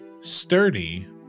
sturdy